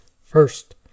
First